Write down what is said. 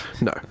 no